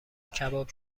کباب